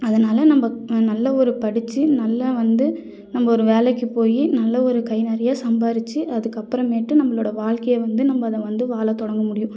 அதனால் நம்ம நல்ல ஒரு படித்து நல்ல வந்து நம்ம ஒரு வேலைக்கு போய் நல்ல ஒரு கை நிறையா சம்பாரித்து அதுக்கப்புறமேட்டு நம்மளோடய வாழ்க்கைய வந்து நம்ம அதை வந்து வாழ தொடங்க முடியும்